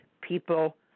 people